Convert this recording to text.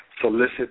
solicit